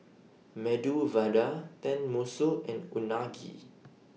Medu Vada Tenmusu and Unagi